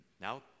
Now